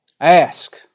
Ask